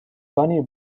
bunny